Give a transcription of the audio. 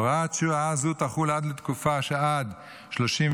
הוראת שעה זו תחול לתקופה שעד 31